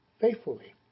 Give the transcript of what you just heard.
faithfully